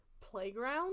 playground